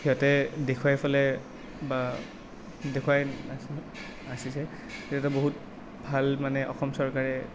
সিহঁতে দেখুৱাই পেলাই বা দেখুৱাই নাচিছে সেইটো এটা বহুত ভাল মানে অসম চৰকাৰে